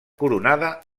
coronada